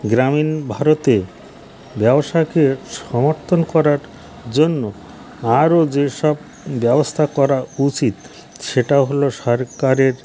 গ্রামীণ ভারতে ব্যবসাকে সমর্থন করার জন্য আরও যেসব ব্যবস্থা করা উচিত সেটা হলো সরকারের